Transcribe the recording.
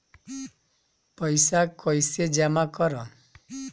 पैसा कईसे जामा करम?